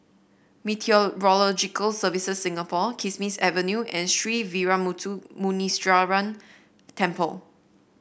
Meteorological Services Singapore Kismis Avenue and Sree Veeramuthu Muneeswaran Temple